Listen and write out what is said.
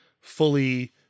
fully